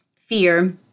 fear